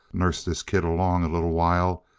nurse this kid along a little while,